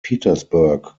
petersburg